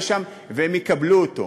הכסף יהיה שם והם יקבלו אותו,